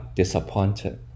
disappointed